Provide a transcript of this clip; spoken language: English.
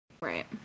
Right